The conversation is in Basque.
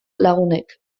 lagunek